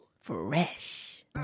Fresh